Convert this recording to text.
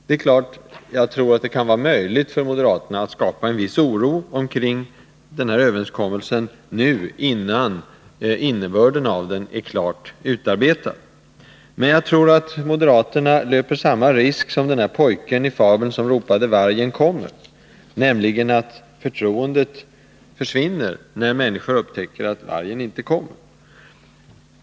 Det kan naturligtvis vara möjligt för moderaterna att skapa en viss oro omkring överenskommelsen nu, innan innebörden av den är klart utarbetad. Men jag tror att moderaterna då löper samma risk som pojken i fabeln, som ropade: Vargen kommer! Såsom för pojken försvinner förtroendet för moderaterna, när människor upptäcker att vargen inte kommer.